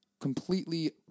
completely